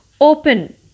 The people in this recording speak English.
open